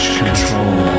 control